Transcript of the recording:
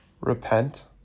Repent